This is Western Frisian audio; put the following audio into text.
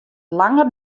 langer